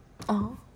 oh